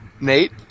Nate